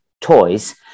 toys